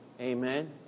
Amen